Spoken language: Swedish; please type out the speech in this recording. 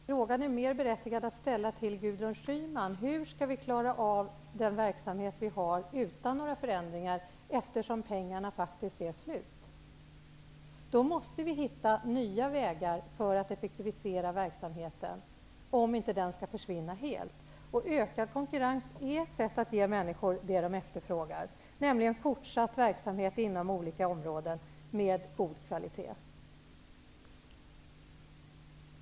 Herr talman! Det är mer berättigat att ställa frågan till Gudrun Schyman: Hur skall vi klara av den verksamhet vi har utan förändringar när pengarna faktiskt är slut? Då måste vi hitta nya vägar för att effektivisera verksamheten, om den inte skall försvinna helt. Ökad konkurrens är ett sätt att ge människor det som de efterfrågar, nämligen fortsatt verksamhet inom olika områden med god kvalitet.